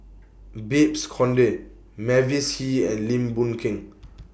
Babes Conde Mavis Hee and Lim Boon Keng